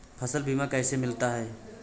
फसल बीमा कैसे मिलता है?